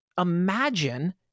imagine